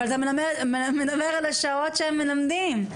אתה מדבר על השעות שהם מלמדים.